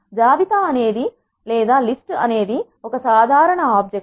జాబితా అనేది ఒక సాధారణ ఆబ్జెక్ట్